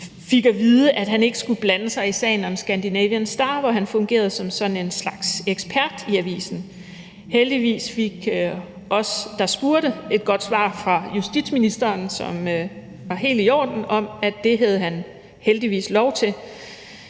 fik at vide, at han ikke skulle blande sig i sagen om »Scandinavian Star«, hvor han fungerede som sådan en slags ekspert i avisen. Heldigvis fik vi, der spurgte, et godt svar, som var helt i orden, fra justitsministeren om, at det havde han heldigvis lov til.